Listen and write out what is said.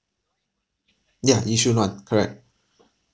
yeah yishun [one] correct